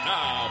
Now